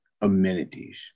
amenities